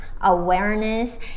awareness